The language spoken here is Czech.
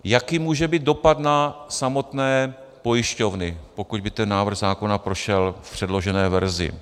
Jaký může být dopad na samotné pojišťovny, pokud by ten návrh zákona prošel v předložené verzi?